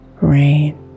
rain